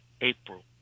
April